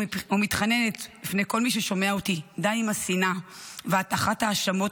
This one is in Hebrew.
אני מתחננת בפני כל מי ששומע אותי: די עם השנאה והטחת ההאשמות